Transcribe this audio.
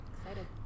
Excited